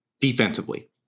Defensively